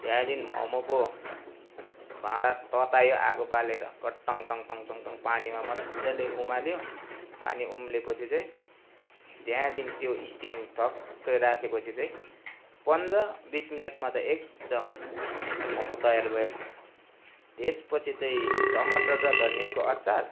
त्यहाँदेखि मोमोको भाँडा ततायो आगो बालेर गटङटङटङ पानीमा मजाले उमाल्यो पानी उम्ले पछि चाहिँ त्यहाँदेखि त्यो स्टिम ठक्कै राखेपछि चाहिँ पन्ध्र बिस मिनटमा त एकदम मोमो तयार भइहाल्छ त्यसपछि चाहिँ टमाटर र धनियाँको अचार